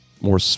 more